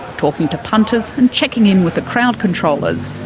talking to punters and checking in with the crowd controllers,